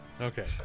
okay